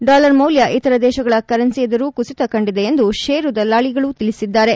dollar ಮೌಲ್ಯ ಇತರ ದೇಶಗಳ ಕರೆನ್ಸಿ ಎದುರು ಕುಸಿತ ಕಂಡಿದೆ ಎಂದು ಷೇರು ದಲ್ಲಾಳಿಗಳು ತಿಳಿಸಿದ್ದಾರೆ